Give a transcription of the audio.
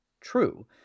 true